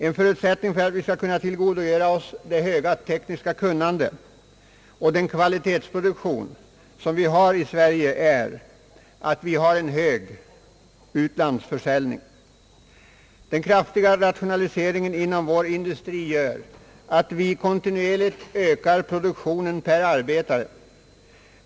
En förutsättning för att vi skall kunna tillgodogöra oss det höga tekniska kunnande och den kvalitetsproduktion som finns i Sverige är att vi har en stor utlandsförsäljning. Den kraftiga rationaliseringen inom vår industri gör att vi kontinuerligt ökar produktionen per arbetare.